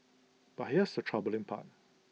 but here's the troubling part